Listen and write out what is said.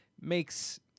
makes